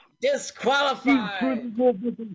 Disqualified